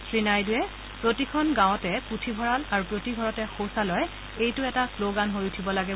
শ্ৰী নাইডুৱে কয় প্ৰতিখন গাঁৱতে পুথিভঁৰাল আৰু প্ৰতিঘৰতে শৌচালয় এইটো শ্ৰোগান হৈ উঠিব লাগে